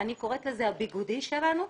אני קוראת לזה הביגודי שלנו.